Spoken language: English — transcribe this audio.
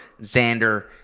Xander